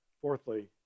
Fourthly